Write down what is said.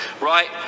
right